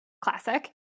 Classic